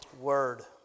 word